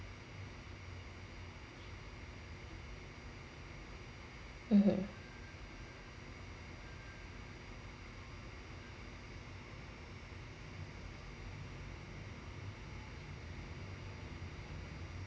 (uh huh)